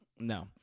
No